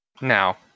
Now